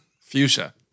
Fuchsia